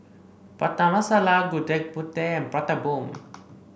Prata Masala Gudeg Putih and Prata Bomb